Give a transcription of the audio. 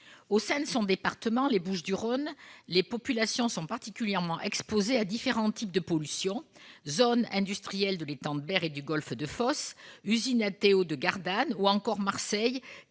Au sein de son département des Bouches-du-Rhône, les populations sont particulièrement exposées à différents types de pollution, liés aux zones industrielles de l'étang de Berre et du golfe de Fos, à l'usine Alteo de Gardanne ou encore, à Marseille,